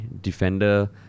defender